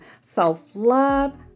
Self-love